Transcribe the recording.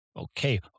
okay